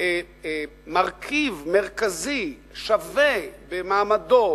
מרכיב מרכזי ושווה במעמדו,